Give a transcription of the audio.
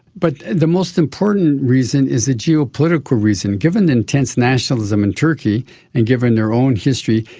but the most important reason is the geopolitical reason. given the intense nationalism in turkey and given their own history,